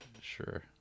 Sure